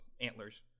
antlers